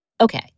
Okay